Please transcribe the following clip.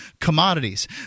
commodities